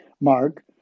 mark